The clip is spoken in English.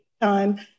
time